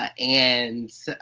ah and